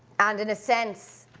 and in a sense,